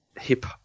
hip